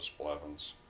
Blevins